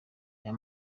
aya